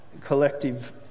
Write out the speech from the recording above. collective